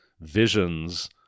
visions